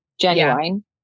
genuine